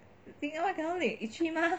the thing why cannot lick itchy mah